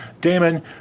Damon